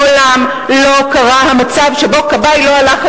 מעולם לא קרה המצב שבו כבאי לא מיהר